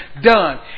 done